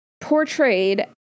portrayed